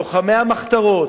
לוחמי המחתרות,